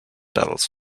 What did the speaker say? pedals